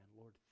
Lord